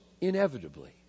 inevitably